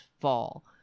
fall